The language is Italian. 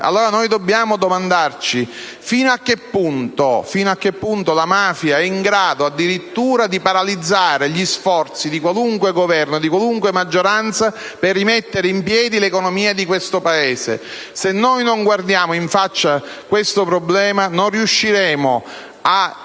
della mafia. Dobbiamo domandarci, allora, fino a che punto la mafia è in grado addirittura di paralizzare gli sforzi di qualunque Governo, di qualunque maggioranza per rimettere in piedi l'economia di questo Paese. Se non guardiamo in faccia questo problema, non riusciremo a